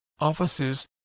offices